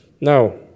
Now